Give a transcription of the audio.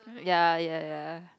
ya ya ya